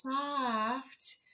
soft